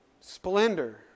splendor